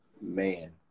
man